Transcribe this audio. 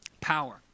Power